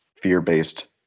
fear-based